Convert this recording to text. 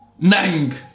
nang